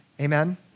Amen